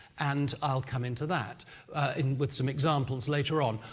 and i'll come into that with some examples later on,